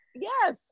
Yes